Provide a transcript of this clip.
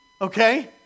okay